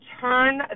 turn